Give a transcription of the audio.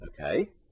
Okay